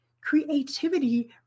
creativity